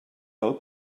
del